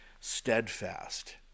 steadfast